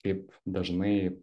kaip dažnai